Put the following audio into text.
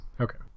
Okay